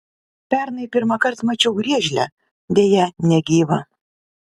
pernai pirmąkart mačiau griežlę deja negyvą